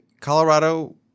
Colorado